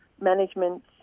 management